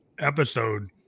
episode